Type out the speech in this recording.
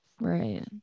Right